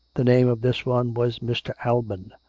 the name of this one was mr. alban.